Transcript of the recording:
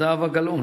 זהבה גלאון.